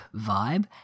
vibe